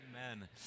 amen